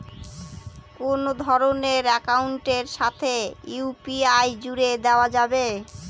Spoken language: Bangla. কোন ধরণের অ্যাকাউন্টের সাথে ইউ.পি.আই জুড়ে দেওয়া যাবে?